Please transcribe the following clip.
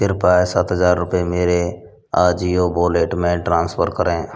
कृपया सात हज़ार रुपये मेरे आजिओ वॉलेट में ट्रांसफ़र करें